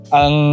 ang